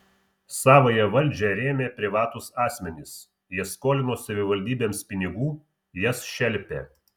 savąją valdžią rėmė privatūs asmenys jie skolino savivaldybėms pinigų jas šelpė